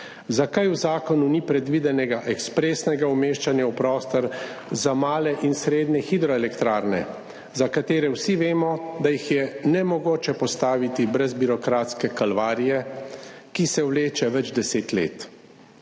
Zakaj v zakonu ni predvidenega ekspresnega umeščanja v prostor za male in srednje hidroelektrarne, za katere vsi vemo, da jih je nemogoče postaviti brez birokratske kalvarije, ki se vleče več 10 let?